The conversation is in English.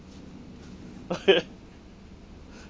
okay